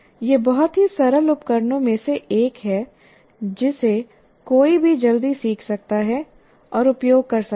यह बहुत ही सरल उपकरणों में से एक है जिसे कोई भी जल्दी सीख सकता है और उपयोग कर सकता है